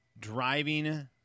driving